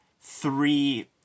Three